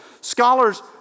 Scholars